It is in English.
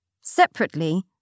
Separately